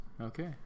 Okay